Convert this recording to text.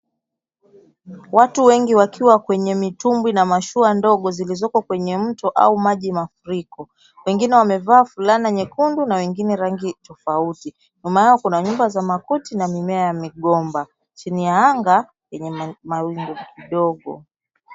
Watu wengi wakiwa kwenye mitumbwi na mashua ndogo zilizoko kwenye mto au maji ya mafuriko. Wengine wamevaa fulana nyekundu na wengine rangi tofauti. Nyuma yao kuna nyumba za makuti na mimea ya migomba. Chini ya anga kwenye mawingu ndogo.